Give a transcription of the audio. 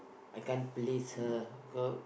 I can't please her cau~